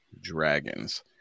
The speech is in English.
dragons